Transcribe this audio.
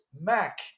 Mac